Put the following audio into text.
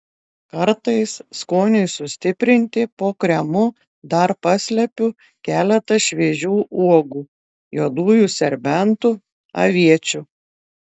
kartais skoniui sustiprinti po kremu dar paslepiu keletą šviežių uogų juodųjų serbentų aviečių